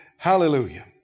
Hallelujah